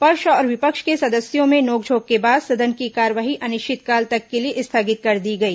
पक्ष और विपक्ष के सदस्यों में नोंकझोंक के बाद सदन की कार्यवाही अनिश्चित काल तक के लिए स्थगित कर दी गई